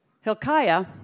Hilkiah